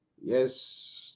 yes